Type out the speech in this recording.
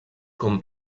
com